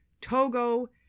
Togo